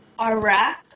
Iraq